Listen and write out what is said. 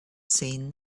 seen